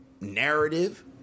narrative